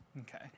Okay